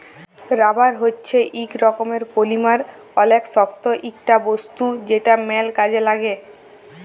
rubber হচ্যে ইক রকমের পলিমার অলেক শক্ত ইকটা বস্তু যেটা ম্যাল কাজে লাগ্যে